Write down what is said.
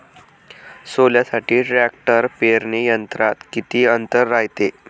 सोल्यासाठी ट्रॅक्टर पेरणी यंत्रात किती अंतर रायते?